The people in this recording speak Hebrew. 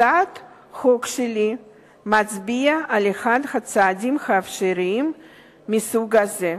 הצעת החוק שלי מצביעה על אחד הצעדים האפשריים מסוג זה.